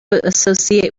associate